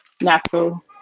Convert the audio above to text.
natural